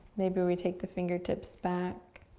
maybe we take the fingertips back,